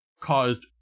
caused